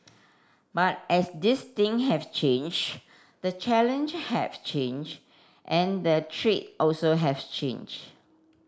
but as these thing have changed the challenge have changed and the treat also have changed